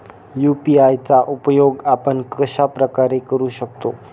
UPI चा उपयोग आपण कशाप्रकारे करु शकतो?